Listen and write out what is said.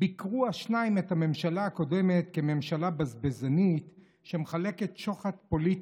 ביקרו השניים את הממשלה הקודמת כממשלה בזבזנית שמחלקת שוחד פוליטי,